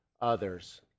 others